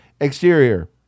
Exterior